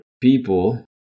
people